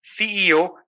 CEO